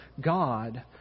God